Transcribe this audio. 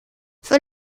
für